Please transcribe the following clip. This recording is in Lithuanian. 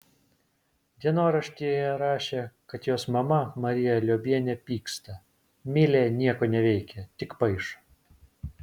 dienoraštyje rašė kad jos mama marija liobienė pyksta milė nieko neveikia tik paišo